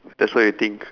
that's what you think